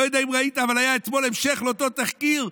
לא יודע אם ראית, אבל היה אתמול המשך לאותו תחקיר,